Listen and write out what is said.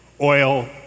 oil